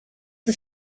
the